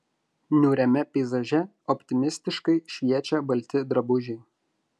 niūriame peizaže optimistiškai šviečia balti drabužiai